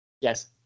Yes